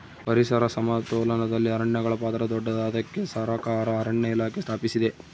ಪರಿಸರ ಸಮತೋಲನದಲ್ಲಿ ಅರಣ್ಯಗಳ ಪಾತ್ರ ದೊಡ್ಡದು, ಅದಕ್ಕೆ ಸರಕಾರ ಅರಣ್ಯ ಇಲಾಖೆ ಸ್ಥಾಪಿಸಿದೆ